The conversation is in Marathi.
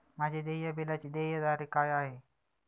माझ्या देय बिलाची देय तारीख काय आहे?